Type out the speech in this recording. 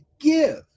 give